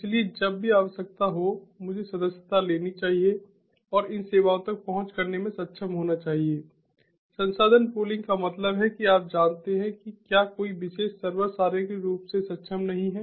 इसलिए जब भी आवश्यकता हो मुझे सदस्यता लेनी चाहिए और इन सेवाओं तक पहुँच प्राप्त करने में सक्षम होना चाहिए संसाधन पूलिंग का मतलब है कि आप जानते हैं कि क्या कोई विशेष सर्वर शारीरिक रूप से सक्षम नहीं है